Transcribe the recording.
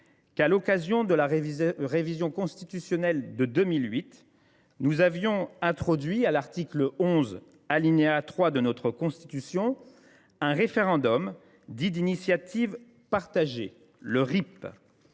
que, lors de la révision constitutionnelle de 2008, nous avions introduit à l’article 11, alinéa 3, de notre Constitution, un référendum dit « d’initiative partagée », le RIP.